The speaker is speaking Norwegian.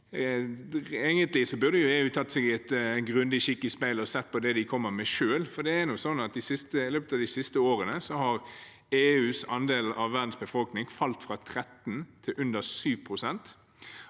Egentlig burde EU ha tatt seg en grundig kikk i speilet og sett på det de selv kommer med, for i løpet av de siste årene har EUs andel av verdens befolkning falt fra 13 pst. til under 7 pst.